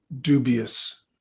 dubious